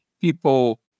people